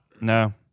no